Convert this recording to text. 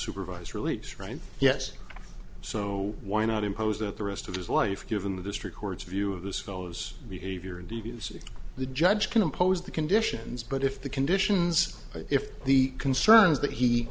supervised release right yes so why not impose that the rest of his life given the district court's view of this fellow's behavior deviancy the judge can impose the conditions but if the conditions if the concerns that he